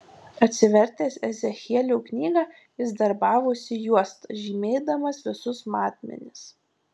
atsivertęs ezechielio knygą jis darbavosi juosta žymėdamas visus matmenis